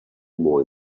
more